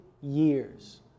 years